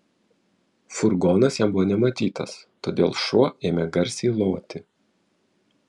furgonas jam buvo nematytas todėl šuo ėmė garsiai loti